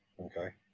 okay